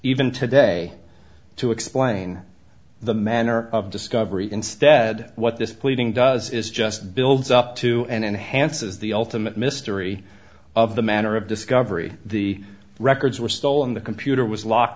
even today to explain the manner of discovery instead what this pleading does is just builds up to and enhances the ultimate mystery of the manner of discovery the records were stolen the computer was locked